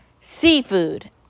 Seafood